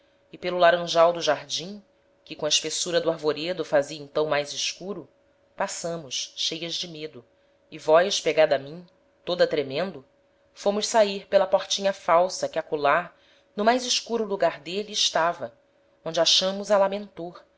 e pelo laranjal do jardim que com a espessura do arvoredo fazia então mais escuro passámos cheias de medo e vós pegada a mim toda tremendo fomos sair pela portinha falsa que acolá no mais escuro lugar d'êle estava onde achámos a lamentor